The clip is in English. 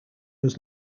was